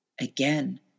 Again